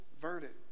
verdict